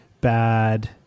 bad